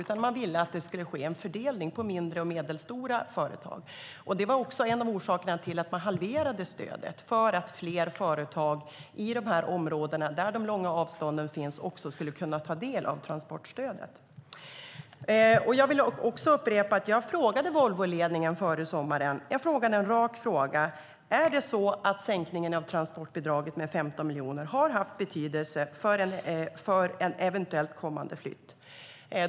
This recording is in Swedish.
Man ville att det skulle ske en fördelning på mindre och medelstora företag. Det var också en av orsakerna till att stödet halverades, att fler företag i områden med långa avstånd skulle kunna ta del av transportstödet. Jag ställde en rak fråga till Volvoledningen före sommaren: Har sänkningen av transportstödet med 15 miljoner haft betydelse för en eventuell kommande flytt?